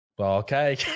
okay